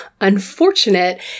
unfortunate